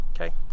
okay